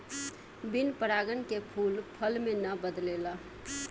बिन परागन के फूल फल मे ना बदलेला